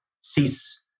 cease